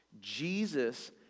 Jesus